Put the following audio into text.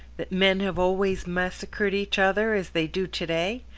that men have always massacred each other as they do to-day,